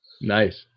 Nice